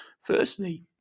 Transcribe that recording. Firstly